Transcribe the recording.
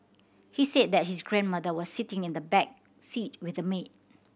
he said that his grandmother was sitting in the back seat with the maid